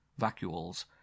vacuoles